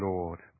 Lord